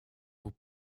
vous